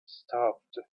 stopped